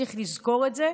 צריך לזכור את זה,